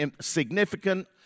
significant